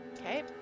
Okay